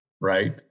right